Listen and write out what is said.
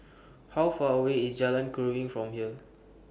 How Far away IS Jalan Keruing from here